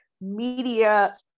media